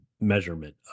measurement